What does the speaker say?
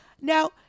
Now